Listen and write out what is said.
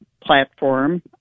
platform